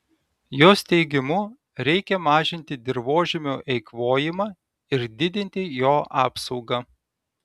jos teigimu reikia mažinti dirvožemio eikvojimą ir didinti jo apsaugą